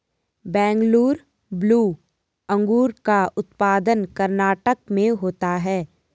Bengaluru blue अंगूर का उत्पादन कर्नाटक में होता है